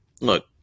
look